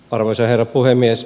arvoisa herra puhemies